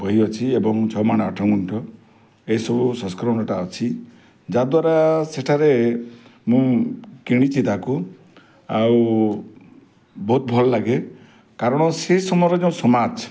ବହି ଅଛି ଏବଂ ଛଅମାଣ ଅଠାଗୁଣ୍ଠ ଏସବୁ ଅଛି ଯାଦ୍ଵାରା ସେଠାରେ ମୁଁ କିଣିଛି ତାକୁ ଆଉ ବହୁତ ଭଲ ଲାଗେ କାରଣ ସେ ସମୟରେ ଯେଉଁ ସମାଜ